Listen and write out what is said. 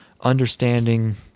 understanding